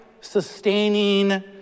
sustaining